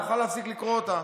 נוכל להפסיק לקרוא אותה.